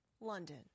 London